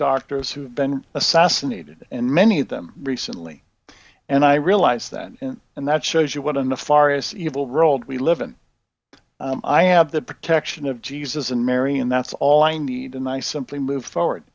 doctors who have been assassinated and many of them recently and i realize that and that shows you what in a far as evil rolled we live and i have the protection of jesus and mary and that's all i need and i simply move forward